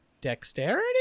dexterity